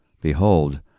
Behold